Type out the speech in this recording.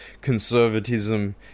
conservatism